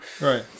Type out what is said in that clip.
Right